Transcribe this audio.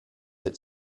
that